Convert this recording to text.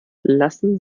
lassen